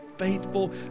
faithful